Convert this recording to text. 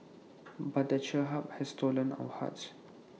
but the cherub has stolen our hearts